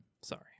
Sorry